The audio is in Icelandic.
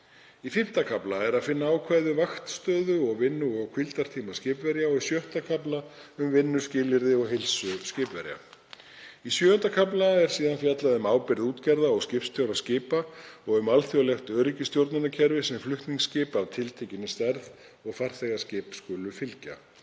Í V. kafla er að finna ákvæði um vaktstöðu og vinnu- og hvíldartíma skipverja og í VI. kafla um vinnuskilyrði og heilsu skipverja. Í VII. kafla er fjallað um ábyrgð útgerða og skipstjóra skipa og um alþjóðlegt öryggisstjórnunarkerfi sem flutningaskip af tiltekinni stærð og farþegaskip skulu fylgja.